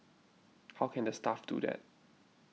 how can the staff do that